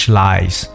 lies